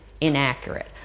inaccurate